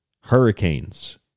hurricanes